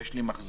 יש לה מחזור,